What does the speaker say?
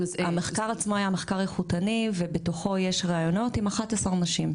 המחקר עצמו היה מחקר איכותני ובתוכו יש ראיונות עם 11 נשים.